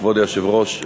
כבוד היושב-ראש,